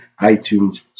iTunes